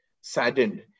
saddened